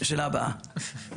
שאלה הבאה.